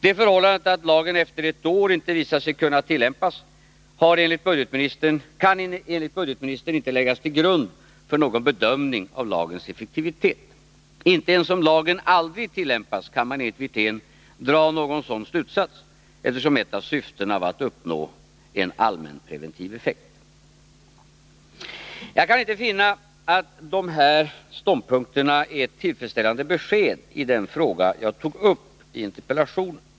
Det förhållandet att lagen efter ett år inte visar sig kunna tillämpas kan enligt budgetministern inte läggas till grund för någon bedömning av lagens effektivitet. Inte ens om lagen aldrig tillämpas kan man enligt Rolf Wirtén dra någon sådan slutsats, eftersom ett av syftena var att uppnå en allmänpreventiv effekt. Jag kan inte finna att de här ståndpunkterna är tillfredsställande besked i den fråga jag tog upp i interpellationen.